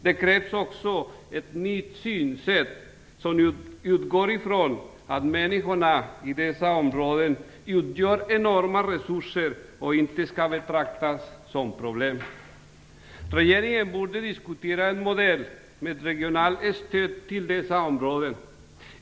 Det krävs också ett nytt synsätt som utgår från att människorna i dessa områden utgör enorma resurser och inte skall betraktas som problem. Regeringen borde diskutera en modell med regionalt stöd till dessa områden.